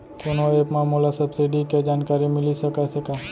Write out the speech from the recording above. कोनो एप मा मोला सब्सिडी के जानकारी मिलिस सकत हे का?